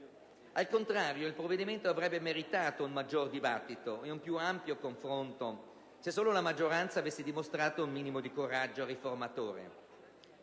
Al contrario, il provvedimento avrebbe meritato un maggiore dibattito e un più ampio confronto, se solo la maggioranza avesse dimostrato un minimo di coraggio riformatore.